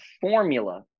formula